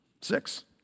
Six